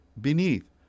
beneath